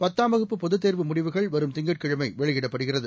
பத்தாம் வகுப்பு பொதுத்தேர்வு முடிவுகள் வரும் திங்கட்கிழமை வெளியிடப்படுகிறது